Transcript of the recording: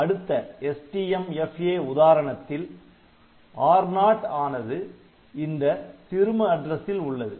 அடுத்த STMFA உதாரணத்தில் R0 வானது இந்த சிறும அட்ரசில் உள்ளது